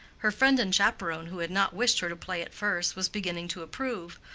her friend and chaperon who had not wished her to play at first was beginning to approve,